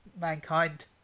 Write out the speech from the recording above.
mankind